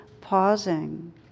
pausing